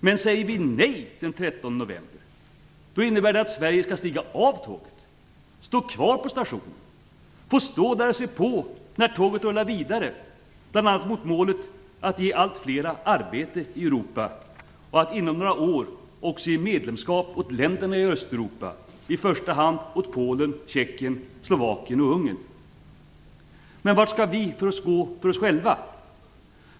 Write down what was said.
Men säger vi nej den 13 november innebär det att Sverige skall stiga av tåget, stå kvar på stationen, få stå där och se på när tåget rullar vidare bl.a. mot målet att ge allt fler människor arbete i Europa och att inom några år också ge länderna i Östeuropa, i första hand Polen, Men vart skall gå om vi är för oss själva?